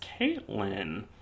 Caitlyn